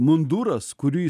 munduras kurį